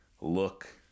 look